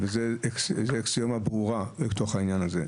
וזאת אקסיומה ברורה בעניין הזה.